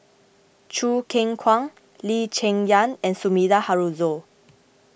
Choo Keng Kwang Lee Cheng Yan and Sumida Haruzo